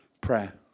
prayer